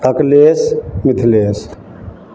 Akhilesh Mithilesh